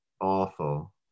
awful